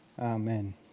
amen